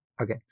Okay